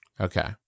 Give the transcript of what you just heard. Okay